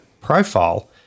profile